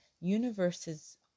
universes